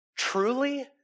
Truly